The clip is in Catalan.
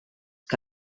que